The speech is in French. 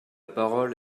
parole